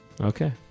Okay